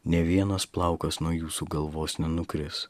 nė vienas plaukas nuo jūsų galvos nenukris